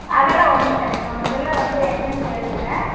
அதெல்லாம் ஒன்றும் தேவையில்ல முதல்ல வந்து எண்ட்ரன்ஸ் எழுதுங்க